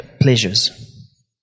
pleasures